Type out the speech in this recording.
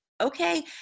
Okay